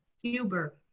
huber.